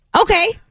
Okay